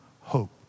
hope